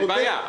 אין בעיה,